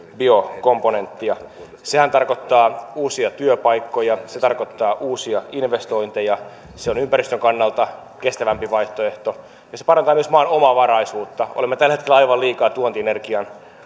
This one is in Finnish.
biokomponenttia sehän tarkoittaa uusia työpaikkoja se tarkoittaa uusia investointeja se on ympäristön kannalta kestävämpi vaihtoehto ja se parantaa myös maan omavaraisuutta olemme tällä hetkellä aivan liikaa tuontienergian